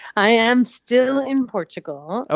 i am still in portugal. ah